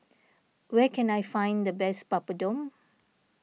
where can I find the best Papadum